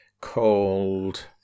called